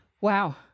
wow